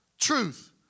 truth